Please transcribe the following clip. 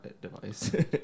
device